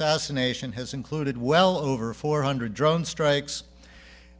assassination has included well over four hundred drone strikes